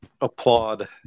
applaud